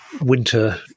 winter